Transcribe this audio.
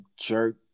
jerk